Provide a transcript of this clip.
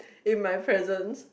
in my presence